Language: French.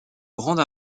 grande